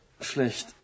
Schlecht